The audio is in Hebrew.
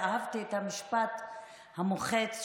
אהבתי את המשפט המוחץ שלו: